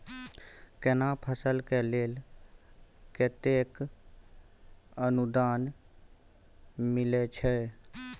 केना फसल के लेल केतेक अनुदान मिलै छै?